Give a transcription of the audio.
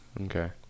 Okay